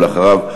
ואחריו,